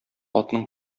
атның